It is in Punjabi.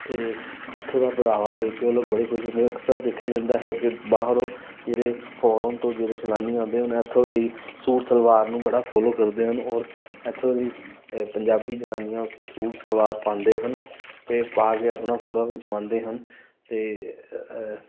ਅਤੇ ਇੱਥੋਂ ਦਾ ਪਹਿਰਾਵਾ ਦੇਖ ਕੇ ਉਹ ਲੋਕ ਬੜੇ ਖੁਸ਼ ਹੁੰਦੇ ਅਕਸਰ ਦੇਖਿਆ ਜਾਂਦਾ ਹੈ ਕਿ ਬਾਹਰੋਂ ਜਿਹੜੇ ਫੋਰਨ ਤੋਂ ਜਿਹੜੇ ਸੈਲਾਨੀ ਆਉਂਦੇ ਹਨ ਉਹ ਇੱਥੋਂ ਦੀ ਸੂਟ ਸਲਵਾਰ ਨੂੰ ਬੜਾ ਫੋਲੋ ਕਰਦੇ ਹਨ ਔਰ ਇੱਥੋਂ ਦੀ ਪੰਜਾਬੀ ਜਨਾਨੀਆਂ ਸੂਟ ਸਲਵਾਰ ਪਾਉਂਦੇ ਹਨ ਅਤੇ ਪਾ ਕੇ ਆਪਣਾ ਫੋਟੋਆਂ ਖਿੱਚਵਾਉਂਦੇ ਹਨ ਅਤੇ